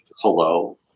Hello